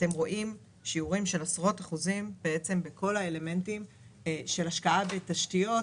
אתם רואים שיעורים של עשרות אחוזים בכל האלמנטים של השקעה בתשתיות,